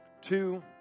Two